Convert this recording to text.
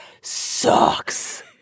sucks